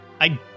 I